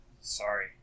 Sorry